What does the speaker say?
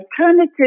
alternative